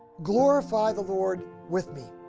glorify the lord with me,